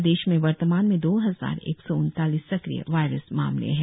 प्रदेश में वर्तमान में दो हजार एक सौ उनतालीस सक्रिय वायरस मामले है